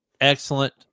excellent